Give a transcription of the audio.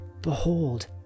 behold